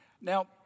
Now